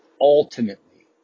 ultimately